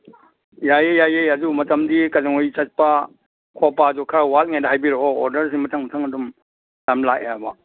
ꯌꯥꯏꯌꯦ ꯌꯥꯏꯌꯦ ꯑꯗꯨ ꯃꯇꯝꯗꯤ ꯀꯩꯗꯧꯉꯩ ꯆꯠꯄ ꯈꯣꯠꯄꯗꯨ ꯈꯔ ꯋꯥꯠꯂꯤꯉꯩꯗ ꯍꯥꯏꯕꯤꯔꯛꯑꯣ ꯑꯣꯗꯔꯁꯤ ꯃꯊꯪ ꯃꯊꯪ ꯑꯗꯨꯝ ꯌꯥꯝ ꯂꯥꯛꯑꯦꯕ